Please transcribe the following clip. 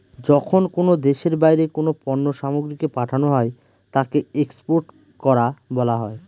যখন কোনো দেশের বাইরে কোনো পণ্য সামগ্রীকে পাঠানো হয় তাকে এক্সপোর্ট করা বলা হয়